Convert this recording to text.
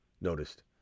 noticed